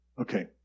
Okay